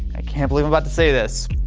i can't believe i'm about to say this,